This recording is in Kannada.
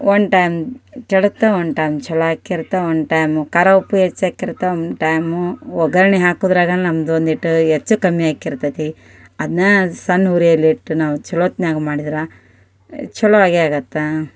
ಒನ್ ಟೈಮ್ ಕೆಡುತ್ತೆ ಒನ್ ಟೈಮ್ ಛಲೋ ಆಗಿರುತ್ತೆ ಒನ್ ಟೈಮು ಖಾರ ಉಪ್ಪು ಹೆಚ್ಚಾಗಿರುತ್ತೆ ಒಂದು ಟೈಮು ಒಗ್ಗರ್ಣೆ ಹಾಕೋದ್ರಾಗ ನಮ್ದು ಒಂದಿಷ್ಟು ಹೆಚ್ಚು ಕಮ್ಮಿ ಆಗಿರ್ತದೆ ಅದನ್ನು ಸಣ್ಣ ಉರಿಯಲ್ಲಿ ಇಟ್ಟು ನಾವು ಛಲೋ ಹೊತ್ತಿನಲ್ಲಿ ಮಾಡಿದ್ರೆ ಛಲೋ ಆಗೇ ಆಗುತ್ತೆ